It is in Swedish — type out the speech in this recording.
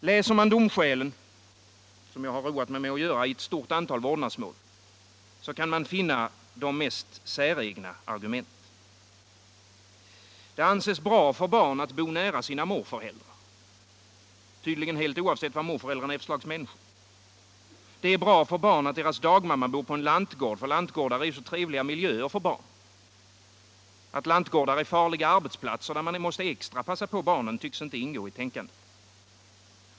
Läser man domskälen, som jag har roat mig med att göra i ett antal vårdnadsmål, kan man hitta de mest säregna argument. Det anses bra för barn att bo nära sina morföräldrar, tydligen helt oavsett vad morföräldrarna är för slags människor. Det är bra för barn att deras dagmamma bor på en lantgård, för lantgårdar är ju så trevliga miljöer för barn. Att lantgårdar är farliga arbetsplatser, där man måste extra passa på barnen, tycks inte ingå i tänkandet.